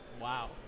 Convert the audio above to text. Wow